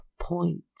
points